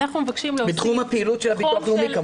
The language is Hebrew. בתחום הפעיולת של הביטוח הלאומי.